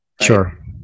Sure